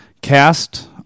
cast